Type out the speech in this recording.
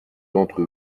d’entre